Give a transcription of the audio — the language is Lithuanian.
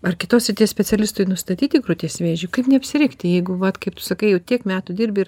ar kitos srities specialistui nustatyti krūties vėžį kaip neapsirikti jeigu vat kaip tu sakai jau tiek metų dirbi ir